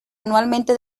anualmente